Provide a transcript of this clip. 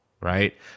right